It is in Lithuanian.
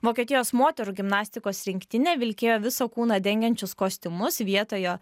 vokietijos moterų gimnastikos rinktinė vilkėjo visą kūną dengiančius kostiumus vietoje